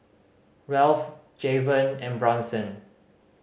Ralph Jayvon and Bronson